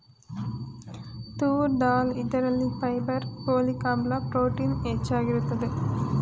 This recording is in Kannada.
ತೂರ್ ದಾಲ್ ಇದರಲ್ಲಿ ಫೈಬರ್, ಪೋಲಿಕ್ ಆಮ್ಲ, ಪ್ರೋಟೀನ್ ಹೆಚ್ಚಾಗಿರುತ್ತದೆ